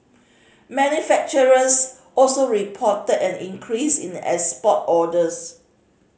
manufacturers also reported an increase in export orders